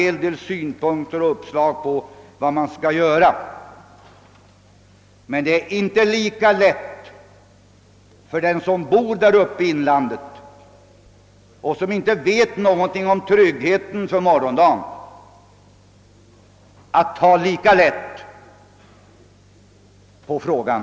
Där finns för närvarande inte något annat alternativ än en utbyggnad av Vindelälven.